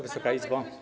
Wysoka Izbo!